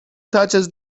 touches